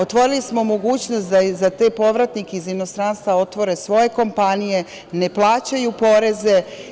Otvorili smo mogućnost za te povratnike iz inostranstva da otvore svoje kompanije, ne plaćaju poreze.